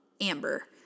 amber